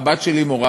הבת שלי מורה,